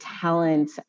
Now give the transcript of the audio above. talent